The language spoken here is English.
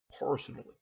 Personally